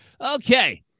Okay